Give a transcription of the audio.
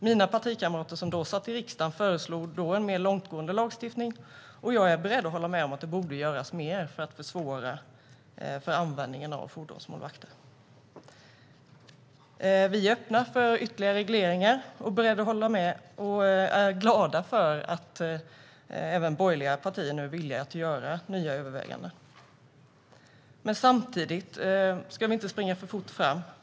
Mina partikamrater som då satt i riksdagen föreslog en mer långtgående lagstiftning, och jag är beredd att hålla med om att det borde göras mer för att försvåra användningen av fordonsmålvakter. Vi är öppna för ytterligare regleringar och är glada för att även borgerliga partier nu är villiga att göra nya överväganden. Samtidigt ska vi inte springa för fort fram.